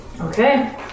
Okay